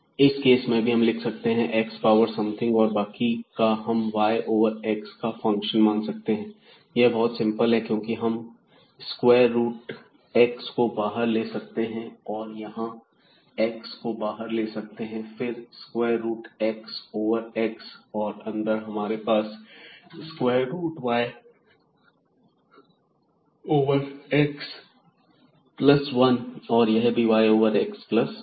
इस केस में भी हम लिख सकते हैं x पावर समथिंग और बाकी का हम y ओवर x का फंक्शन मान सकते हैं यह बहुत सिंपल है क्योंकि हम स्क्वायर रूट x को बाहर ले सकते हैं और यहां x को बाहर ले सकते हैं फिर square root x over x और अंदर हमारे पास square root y over x plus 1 और यहां भी y ओवर x प्लस 1